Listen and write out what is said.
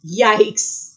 yikes